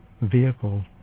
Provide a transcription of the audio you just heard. vehicle